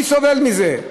מי סובל מזה?